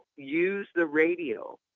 use the radio,